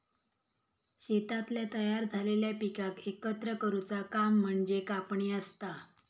शेतातल्या तयार झालेल्या पिकाक एकत्र करुचा काम म्हणजे कापणी असता